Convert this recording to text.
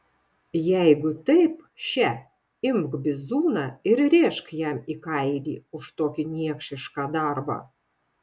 jeigu taip še imk bizūną ir rėžk jam į kailį už tokį niekšišką darbą